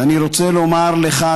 ואני רוצה לומר לך,